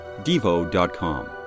Devo.com